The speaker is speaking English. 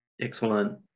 excellent